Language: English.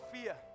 fear